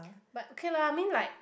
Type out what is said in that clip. but okay lah I mean like